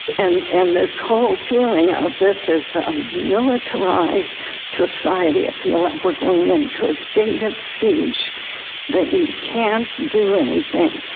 and and this whole feeling of this is um militarized society. i feel like we're going into a state and of siege that you can't do anything.